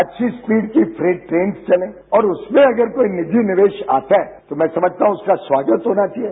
अच्छी स्पीड की ट्रेन चले और उसमें अगर कोई निजी निवेश आता है तो मैं समझता हूं उसका स्वागत होना चाहिए